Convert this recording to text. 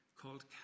called